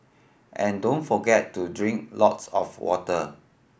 and don't forget to drink lots of water